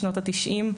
בשנות ה-90,